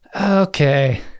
Okay